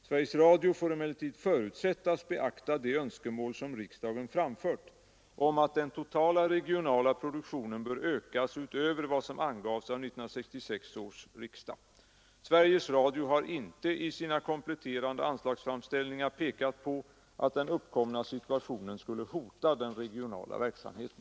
Sveriges Radio får emellertid förutsättas beakta det önskemål som riksdagen framfört om att den totala regionala produktionen bör ökas utöver vad som angavs av 1966 års riksdag. Sveriges Radio har inte i sina kompletterande anslagsframställningar pekat på att den uppkomna situationen skulle hota den regionala verksamheten.